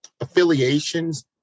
affiliations